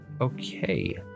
okay